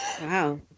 Wow